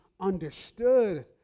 understood